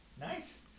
Nice